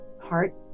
heart